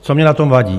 Co mně na tom vadí?